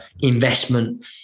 investment